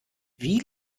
wie